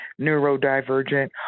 neurodivergent